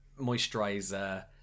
moisturizer